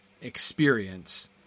experience